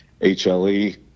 HLE